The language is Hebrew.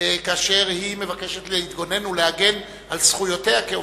כאשר היא מבקשת להתגונן ולהגן על זכויותיה כעובדת?